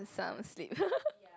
some asleep